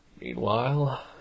Meanwhile